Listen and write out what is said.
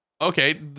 okay